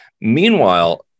Meanwhile